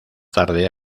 tarde